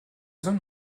hommes